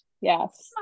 Yes